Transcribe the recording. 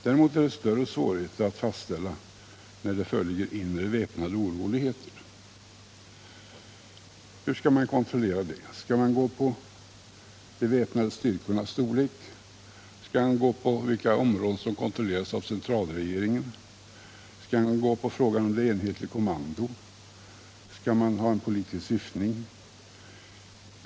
Däremot är det större svårigheter att fastställa när det föreligger inre väpnade oroligheter. Hur skall man kontrollera det? Skall man gå på de väpnade styrkornas storlek, vilka områden som kontrolleras av centralregeringen eller frågan om ett enhetligt kommando, och skall man ha politisk syftning?